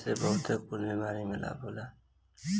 एसे बहुते कुल बीमारी में लाभ होला